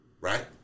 right